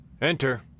Enter